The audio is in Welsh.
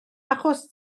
achos